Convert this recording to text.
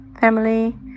family